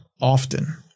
often